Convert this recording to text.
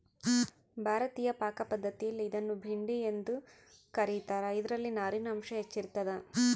ಭಾರತೀಯ ಪಾಕಪದ್ಧತಿಯಲ್ಲಿ ಇದನ್ನು ಭಿಂಡಿ ಎಂದು ಕ ರೀತಾರ ಇದರಲ್ಲಿ ನಾರಿನಾಂಶ ಹೆಚ್ಚಿರ್ತದ